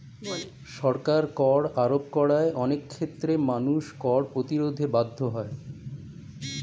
সরকার কর আরোপ করায় অনেক ক্ষেত্রে মানুষ কর প্রতিরোধে বাধ্য হয়